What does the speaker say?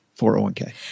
401k